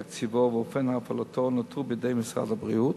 תקציבו ואופן הפעלתו נותרו בידי משרד הבריאות,